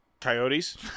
Coyotes